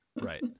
Right